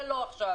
זה לא עכשיו.